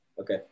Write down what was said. Okay